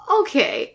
okay